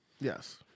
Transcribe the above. Yes